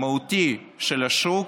ומהותי של השוק,